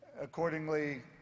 Accordingly